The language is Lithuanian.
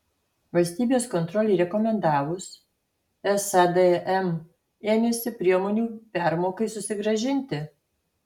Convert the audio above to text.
valstybės kontrolei rekomendavus sadm ėmėsi priemonių permokai susigrąžinti